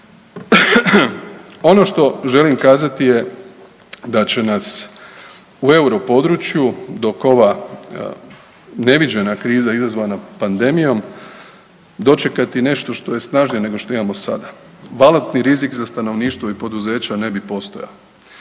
Ono što želim kazati je da će nas u euro području dok ova neviđena kriza izazvana pandemijom dočekati nešto što je snažnije nego što imamo sada. Valutni rizik za stanovništva i poduzeća ne bi postojao,